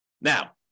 now